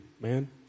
man